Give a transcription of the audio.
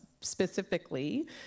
specifically